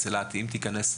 בין אם מקומית,